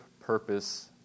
purpose